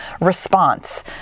response